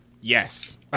Yes